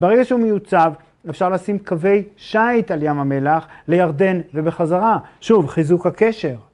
ברגע שהוא מיוצב אפשר לשים קווי שייט על ים המלח לירדן ובחזרה. שוב, חיזוק הקשר.